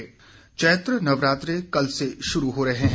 नवरात्रे चैत्र नवरात्रे कल से शुरू हो रहे हैं